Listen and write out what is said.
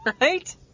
right